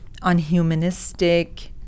unhumanistic